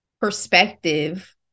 perspective